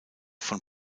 von